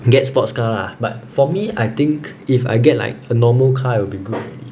get sports car ah but for me I think if I get like a normal car would be good already